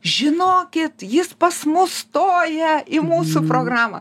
žinokit jis pas mus stoja į mūsų programą